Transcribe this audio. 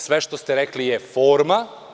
Sve što ste rekli je forma.